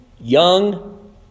young